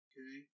Okay